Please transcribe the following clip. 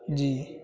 جی